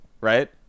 right